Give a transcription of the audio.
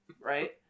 right